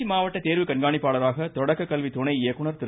திருச்சி மாவட்ட தேர்வு கண்காணிப்பாளராக தொடக்க கல்வி துணை இயக்குநர் திரு